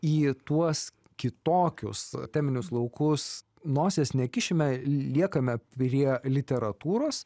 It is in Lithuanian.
į tuos kitokius teminius laukus nosies nekišime liekame prie literatūros